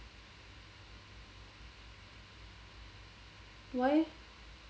why eh